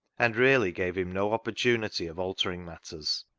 and really gave him no opportunity of altering matters.